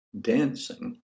dancing